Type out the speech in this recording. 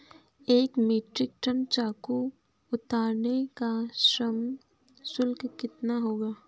एक metric tonne चीकू उतारने का श्रम शुल्क कितना होगा?